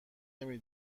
نمی